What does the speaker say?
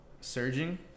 surging